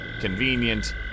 convenient